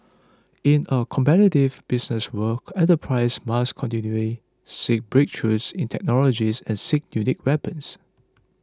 in a competitive business world enterprises must continually seek breakthroughs in technology and seek unique weapons